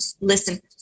listen